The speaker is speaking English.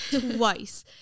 twice